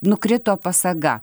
nukrito pasaga